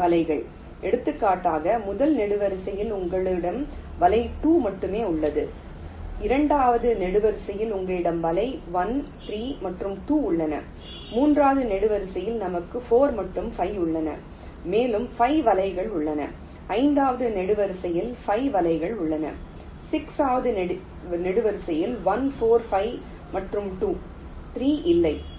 வலைகள் எடுத்துக்காட்டாக முதல் நெடுவரிசையில் உங்களிடம் வலை 2 மட்டுமே உள்ளது 2 வது நெடுவரிசையில் எங்களிடம் வலை 1 3 மற்றும் 2 உள்ளன மூன்றாவது நெடுவரிசையில் நமக்கு 4 மற்றும் 5 உள்ளன மேலும் 5 வலைகள் உள்ளன ஐந்தாவது நெடுவரிசையில் 5 வலைகள் உள்ளன 6 வது நெடுவரிசை 1 4 5 மற்றும் 2 3 இல்லை 3 இங்கு நிறுத்தப்படவில்லை